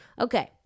Okay